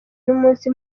numunsi